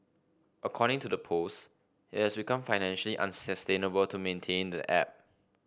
according to the post it has become financially unsustainable to maintain the app